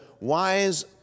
wise